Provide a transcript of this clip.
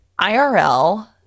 IRL